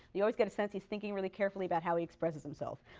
you always get a sense he's thinking really carefully about how he expresses himself,